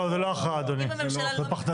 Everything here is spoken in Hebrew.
לא, זה לא הכרעה אדוני, זו פחדנות.